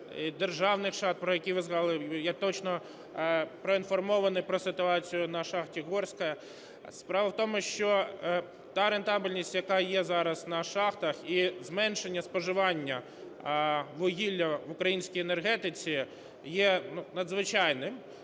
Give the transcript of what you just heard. державних шахт, про які ви сказали, я точно проінформований про ситуацію на шахті "Горська". Справа в тому, що та рентабельність, яка є зараз на шахтах, і зменшення споживання вугілля в українській енергетиці є надзвичайним.